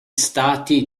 stati